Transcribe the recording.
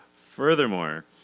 Furthermore